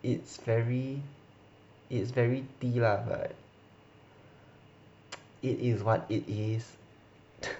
it's very it's very 低 lah but it is what it is